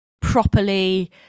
properly